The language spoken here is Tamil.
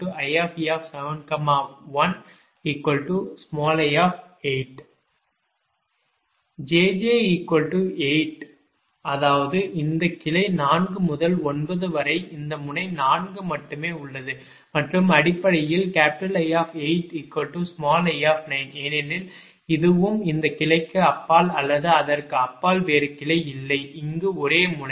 jj8 அதாவது இந்த கிளை 4 முதல் 9 வரை இந்த முனை 9 மட்டுமே உள்ளது மற்றும் அடிப்படையில் I8i ஏனெனில் இதுவும் இந்த கிளைக்கு அப்பால் அல்லது அதற்கு அப்பால் வேறு கிளை இல்லை இங்கு ஒரே முனை